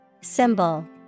Symbol